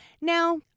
Now